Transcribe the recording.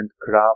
craft